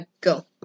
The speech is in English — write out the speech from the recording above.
go